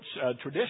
tradition